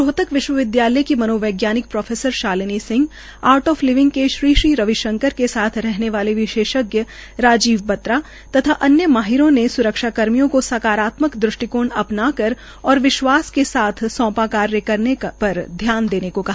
रोहतक विश्वविद्यालय की मनोवैज्ञानिक prof Shalini Singh art of living के श्री श्री रवि शंकर के साथ रहने वाले विशेषज्ञ राजीव बत्रा तथा अन्य माहिरों ने स्रक्षा कर्मियों का सकारात्मक दृष्टिकोण अपनाकर और विश्वास के साथ सौंपा कार्य करने पर ध्यान देने को कहा